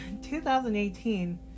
2018